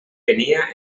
venia